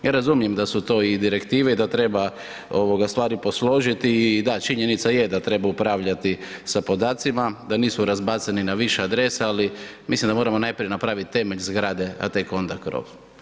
Ja razumijem da su to i direktive i da treba stvari posložiti i da, činjenica je da treba upravljati sa podacima, da nisu razbacani na više adresa, ali mislim da moramo najprije napraviti temelj zgrade, a tek onda krov.